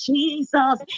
Jesus